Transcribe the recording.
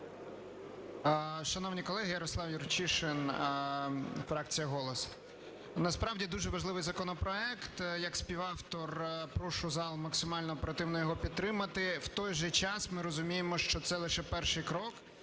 Шановні колеги! Ярослав Юрчишин, фракція "Голос". Насправді дуже важливий законопроект, як співавтор прошу зал максимально оперативно його підтримати. В той же час, ми розуміємо, що це лише перший крок.